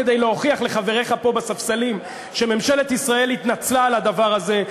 כדי להוכיח לחבריך פה בספסלים שממשלת ישראל התנצלה על הדבר הזה,